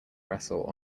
wrestle